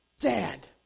Dad